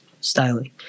styling